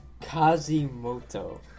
Kazimoto